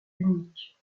unique